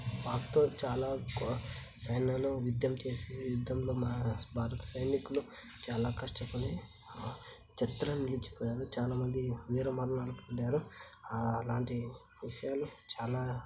పాక్తో చాలా ఎక్కువ సైన్యాలు యుద్ధం చేసి యుద్ధంలో మా భారత సైనికులు చాలా కష్టపడి చరిత్రలో నిలిచిపోయారు చాలా మంది వీర మరణాలు పొందారు అలాంటి విషయాలు చాలా